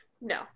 No